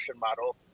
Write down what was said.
model